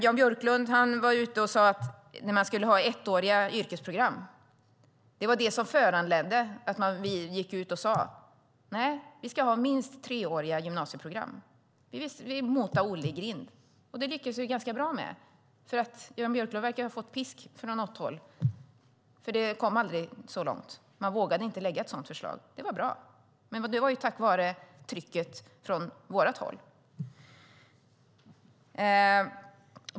Jan Björklund sade att man skulle ha ettåriga yrkesprogram. Det var det som föranledde att vi gick ut och sade att vi ska ha minst treåriga gymnasieprogram. Vi motade Olle i grind. Det lyckades vi ganska bra med. Jan Björklund verkar ha fått pisk från något håll, för det kom aldrig så långt. Man vågade inte lägga fram ett sådant förslag. Det var bra. Men det var tack vare trycket från vårt håll.